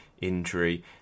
injury